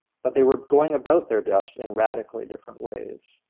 but they were going about their deaths in radically different ways.